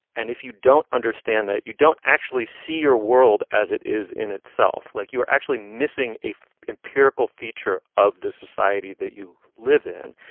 and if you don't understand that, you don't actually see your world as it is in itself, like you are actually missing a empirical feature of the society that you live in.